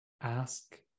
ask